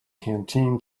canteen